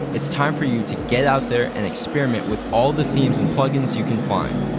it's time for you to get out there and experiment with all the themes and plugins you can find.